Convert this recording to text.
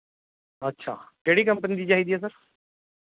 ਅੱਛਾ ਕਿਹੜੀ ਕੰਪਨੀ ਦੀ ਚਾਹੀਦੀ ਹੈ ਸਰ